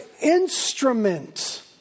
instrument